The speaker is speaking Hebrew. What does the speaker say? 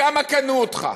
בכמה קנו אותך?